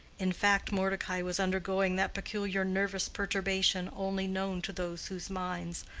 in fact, mordecai was undergoing that peculiar nervous perturbation only known to those whose minds,